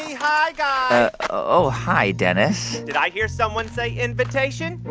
hi, guy oh. hi, dennis did i hear someone say invitation?